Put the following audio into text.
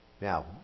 Now